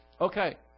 Okay